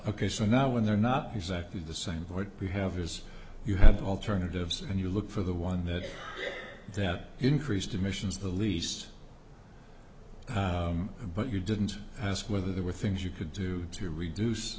ok so now when they're not exactly the same what we have is you have alternatives and you look for the one that that increased emissions the least but you didn't ask whether there were things you could do to reduce